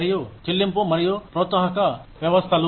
మరియు చెల్లింపు మరియు ప్రోత్సాహక వ్యవస్థలు